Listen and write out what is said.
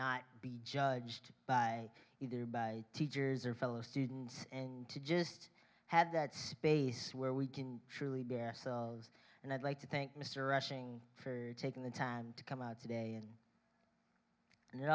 not be judged by either by teachers or fellow students and to just had that space where we can truly bear selves and i'd like to think mr rushing for taking the time to come out today and and